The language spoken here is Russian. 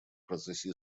процессе